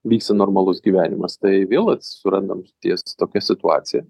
vyksta normalus gyvenimas tai vėl surandam ties tokia situacija